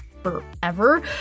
forever